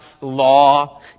law